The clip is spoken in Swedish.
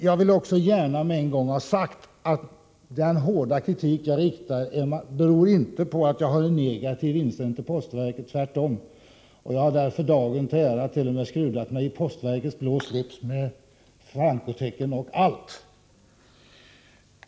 Jag vill då först gärna framhålla att den hårda kritik som jag kommer med inte har sin grund i en negativ inställning till postverket från min sida — tvärtom. Dagen till ära har jag t.o.m. skrudat mig i postverkets blå slips med frankotecken etc.